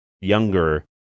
younger